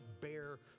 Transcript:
bear